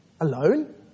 Alone